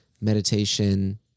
meditation